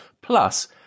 plus